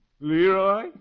Leroy